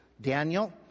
Daniel